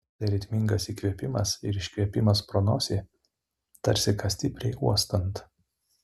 tai ritmingas įkvėpimas ir iškvėpimas pro nosį tarsi ką stipriai uostant